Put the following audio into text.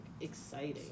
exciting